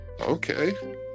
okay